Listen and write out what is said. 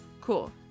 cool